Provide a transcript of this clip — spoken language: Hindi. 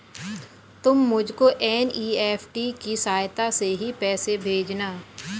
तुम मुझको एन.ई.एफ.टी की सहायता से ही पैसे भेजना